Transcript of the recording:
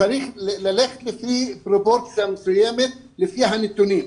צריך ללכת בפרופורציה מסוימת, לפי הנתונים.